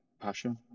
Passion